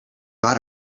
got